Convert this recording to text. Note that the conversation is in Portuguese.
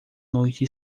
noite